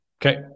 Okay